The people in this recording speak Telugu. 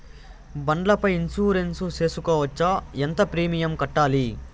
బండ్ల పై ఇన్సూరెన్సు సేసుకోవచ్చా? ఎంత ప్రీమియం కట్టాలి?